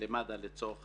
למד"א לצורך